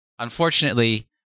unfortunately